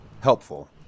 helpful